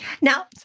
Now